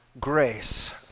grace